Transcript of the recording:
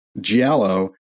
giallo